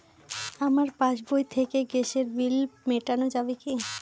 আমার পাসবই থেকে গ্যাসের বিল মেটানো যাবে কি?